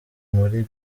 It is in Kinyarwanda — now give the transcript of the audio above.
muri